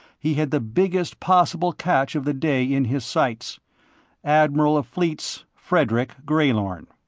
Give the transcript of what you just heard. he had the biggest possible catch of the day in his sights admiral of fleets frederick greylorn.